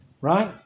Right